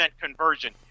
conversion